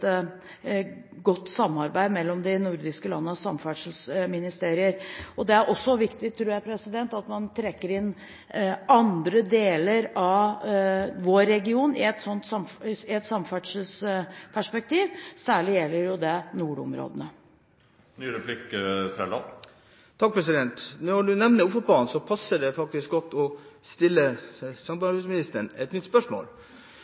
godt samarbeid mellom de nordiske landenes samferdselsministerier. Det er også viktig, tror jeg, at man trekker inn andre deler av vår region i et samferdselsperspektiv. Særlig gjelder det nordområdene. Når nå Ofotbanen nevnes, passer det godt å stille samarbeidsministeren et nytt spørsmål.